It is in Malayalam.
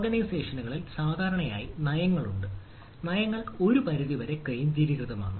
ഓർഗനൈസേഷനുകളിൽ സാധാരണയായി നയങ്ങളുണ്ട് നയങ്ങൾ ഒരു പരിധിവരെ കേന്ദ്രീകൃതമാണ്